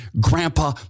grandpa